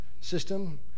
system